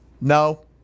No